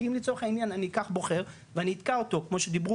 כי אם לצורך העניין אני אקח בוחר ואני אתקע אותו - כמו שדיברו